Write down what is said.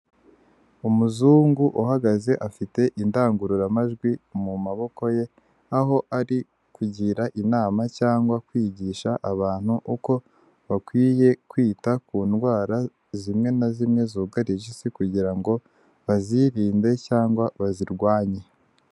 Umuzungu uhagaze afite indangururamajwi mu maboko ye, aho ari kugira inama cyangwa kwigisha abantu uko bakwiye kwita ku ndwara zimwe na zimwe zugarije isi kugira ngo bazirinde cyangwa bazirwanye.